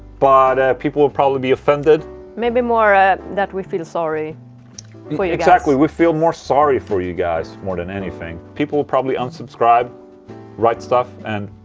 but people will probably be offended maybe more ah that we feel sorry exactly, we feel more sorry for you guys more than anything people will probably unsubscribe write stuff and.